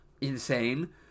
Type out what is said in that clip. Insane